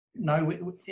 No